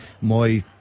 Moy